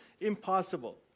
impossible